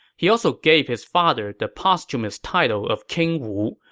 he also gave his father the posthumous title of king wu,